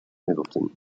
middletown